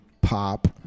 pop